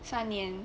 三年